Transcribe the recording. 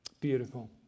Beautiful